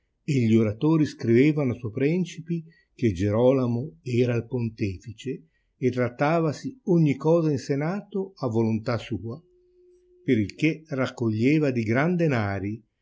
gli oratori scrivevano a suoi prencipi che gierolomo era il pontefice e trattavasi ogni cosa in senato a volontà sua per il che raccoglieva di gran danari